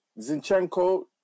Zinchenko